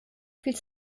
viel